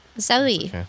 Zoe